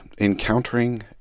Encountering